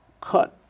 cut